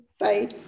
Bye